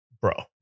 Bro